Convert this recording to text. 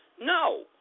No